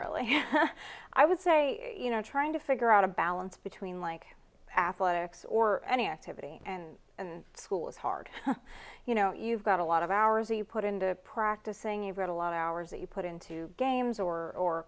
really i would say you know trying to figure out a balance between like athletics or any activity and school is hard you know you've got a lot of hours you put into practicing you've got a lot of hours that you put into games or